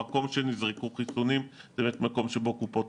המקומות שבהם נזרקו חיסונים זה מקומות שבהם קופות